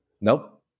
Nope